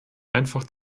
einfach